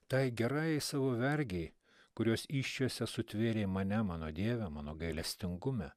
tai gerai savo vergei kurios įsčiose sutvėrė mane mano dieve mano gailestingume